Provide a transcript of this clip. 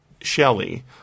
Shelley